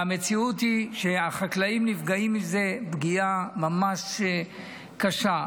והמציאות היא שהחקלאים נפגעים מזה פגיעה ממש קשה.